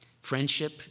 friendship